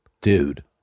Dude